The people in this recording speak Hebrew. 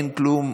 אין כלום,